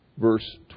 verse